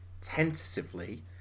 tentatively